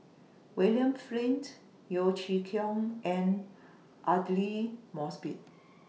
William Flint Yeo Chee Kiong and Aidli Mosbit